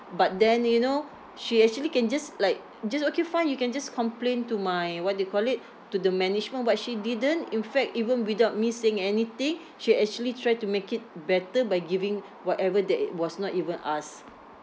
but then you know she actually can just like just okay fine you can just complain to my what do you call it to the management but she didn't in fact even without missing anything she actually try to make it better by giving whatever that uh was not even asked